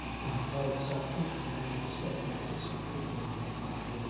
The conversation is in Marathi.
बनपावचा एक ब्रँड दुसऱ्या ब्रँडपेक्षा खूप महाग का आहे